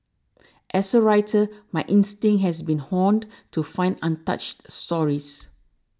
as a writer my instinct has been honed to find untouched stories